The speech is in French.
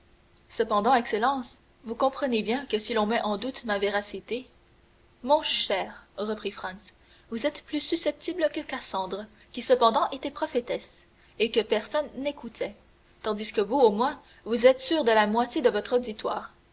cependant excellence vous comprenez bien que si l'on met en doute ma véracité mon cher reprit franz vous êtes plus susceptible que cassandre qui cependant était prophétesse et que personne n'écoutait tandis que vous au moins vous êtes sûr de la moitié de votre auditoire